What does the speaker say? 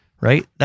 right